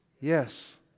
Yes